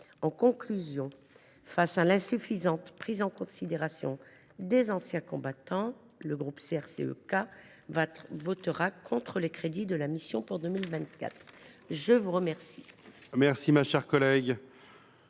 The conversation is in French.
En conclusion, face à l’insuffisante prise en considération des anciens combattants, le groupe CRCE K votera contre les crédits de la mission pour 2024. Ah ? La parole